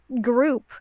group